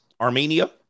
Armenia